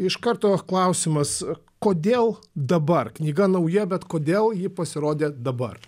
iš karto klausimas kodėl dabar knyga nauja bet kodėl ji pasirodė dabar